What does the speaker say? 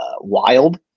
wild